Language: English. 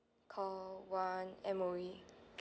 call one M_O_E